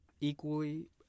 Equally